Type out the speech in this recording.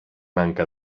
manca